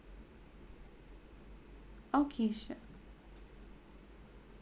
okay sure